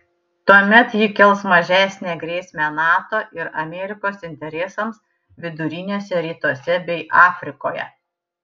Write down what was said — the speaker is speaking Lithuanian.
tuomet ji kels mažesnę grėsmę nato ir amerikos interesams viduriniuose rytuose bei afrikoje